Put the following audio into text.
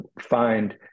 find